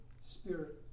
Spirit